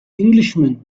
englishman